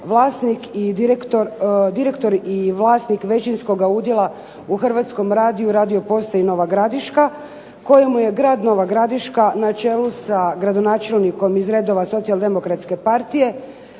direktor i vlasnik većinskoga udjela u Hrvatskom radiju Radio postaji Nova Gradiška, kojemu je grad Nova Gradiška na čelu sa gradonačelnikom iz redova Socijaldemokratske partije